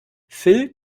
phil